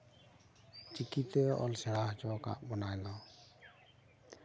ᱪᱤᱠᱤᱛᱮ ᱚᱞ ᱥᱮᱲᱟ ᱦᱚᱪᱚᱣ ᱠᱟᱜ ᱵᱚᱱᱟᱭ ᱫᱚ